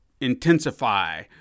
intensify